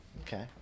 Okay